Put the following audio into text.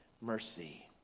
mercy